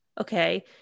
okay